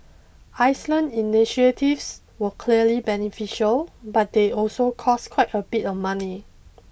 Iceland initiatives were clearly beneficial but they also cost quite a bit of money